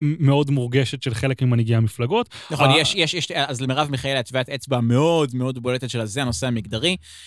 מאוד מורגשת של חלק ממנהיגי המפלגות. נכון, יש אז למרב מיכאלי הטביעת אצבע המאוד מאוד בולטת שלה זה הנושא המגדרי.